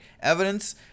Evidence